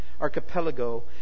archipelago